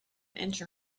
inch